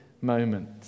moment